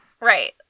Right